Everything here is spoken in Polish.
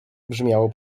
brzmiało